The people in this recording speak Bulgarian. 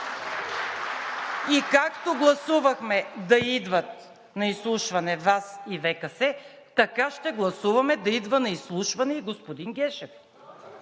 И както гласувахме да идват на изслушване ВАС и ВКС, така ще гласуваме да идва на изслушване и господин Гешев.